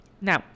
now